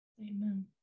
Amen